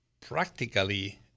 practically